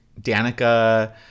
Danica